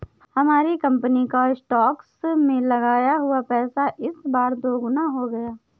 हमारी कंपनी का स्टॉक्स में लगाया हुआ पैसा इस बार दोगुना हो गया